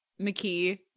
McKee